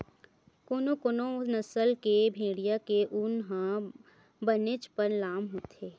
कोनो कोनो नसल के भेड़िया के ऊन ह बनेचपन लाम होथे